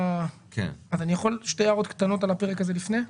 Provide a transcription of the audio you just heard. אני יכול להעיר שתי הערות קטנות על הפרק הזה לפני כן?